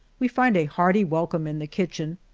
we find a hearty welcome in the kitchen,